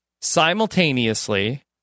simultaneously